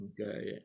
okay